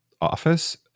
office